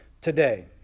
today